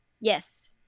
yes